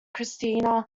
christina